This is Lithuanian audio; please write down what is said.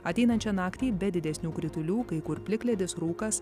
ateinančią naktį be didesnių kritulių kai kur plikledis rūkas